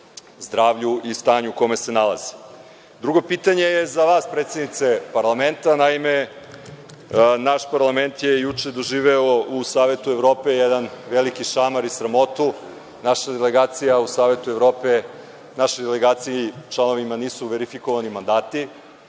zdravlju i stanju u kome se nalaze. Drugo pitanje je za vas, predsednice parlamenta. Naime, naš parlament je juče doživeo u Savetu Evrope jedan veliki šamar i sramotu. Našoj delegaciji, članovima naše delegacije u Savetu Evrope nisu verifikovani mandati